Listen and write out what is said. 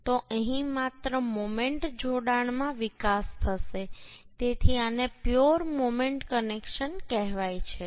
તો અહીં માત્ર મોમેન્ટ જોડાણમાં વિકાસ થશે તેથી આને પ્યોર મોમેન્ટ કનેક્શન કહેવાય છે